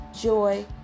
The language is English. joy